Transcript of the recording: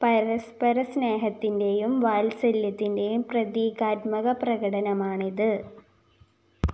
പരസ്പര സ്നേഹത്തിൻ്റെയും വാത്സല്യത്തിൻ്റെയും പ്രതീകാത്മക പ്രകടനമാണിത്